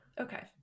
Okay